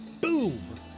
boom